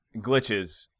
glitches